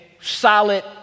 solid